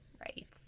Right